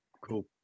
Cool